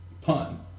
pun